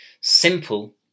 simple